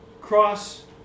cross